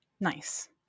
Nice